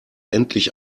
endlich